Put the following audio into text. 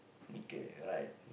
okay like